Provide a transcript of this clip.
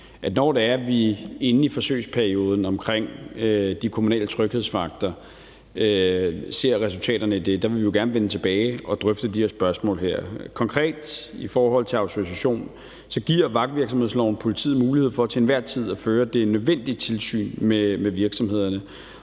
når vi inde i den forsøgsperiode, der er omkring de kommunale tryghedsvagter, ser resultaterne af det, vil vi gerne vende tilbage og drøfte de her spørgsmål. Konkret i forhold til autorisation vil jeg sige, at vagtvirksomhedsloven giver politiet mulighed for til enhver tid at føre det nødvendige tilsyn med virksomhederne.